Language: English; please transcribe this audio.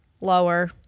Lower